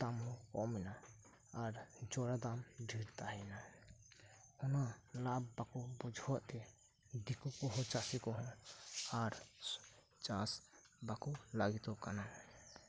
ᱫᱟᱢ ᱦᱚᱸ ᱠᱚᱢ ᱮᱱᱟ ᱟᱨ ᱡᱚᱨᱟ ᱫᱟᱢ ᱫᱷᱮᱨ ᱛᱟᱦᱮᱸ ᱮᱱᱟ ᱚᱱᱟ ᱞᱟᱵᱷ ᱵᱟᱠᱚ ᱵᱩᱡᱷᱟᱹᱣᱮᱫ ᱛᱮ ᱫᱤᱠᱩ ᱠᱚᱦᱚᱸ ᱪᱟᱥᱤ ᱠᱚᱦᱚᱸ ᱟᱨ ᱪᱟᱥ ᱵᱟᱠᱚ ᱞᱟᱜᱤᱫᱚᱫ ᱠᱟᱱᱟ